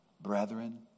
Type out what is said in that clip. brethren